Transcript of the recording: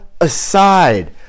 aside